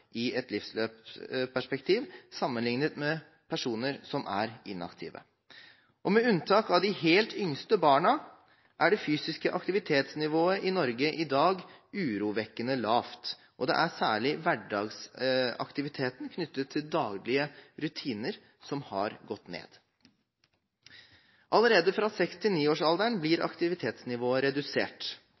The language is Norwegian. i et livsløpsperspektiv sammenliknet med personer som er inaktive. Med unntak av de helt yngste barna er det fysiske aktivitetsnivået i Norge i dag urovekkende lavt. Det er særlig hverdagsaktiviteten knyttet til daglige rutiner som har gått ned. Allerede fra 6–9-årsalderen blir aktivitetsnivået redusert.